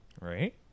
right